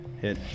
hit